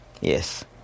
yes